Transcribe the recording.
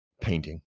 painting